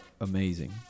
amazing